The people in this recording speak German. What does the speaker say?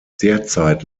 derzeit